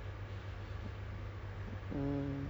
and C_O_D call of duty